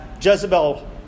Jezebel